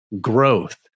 growth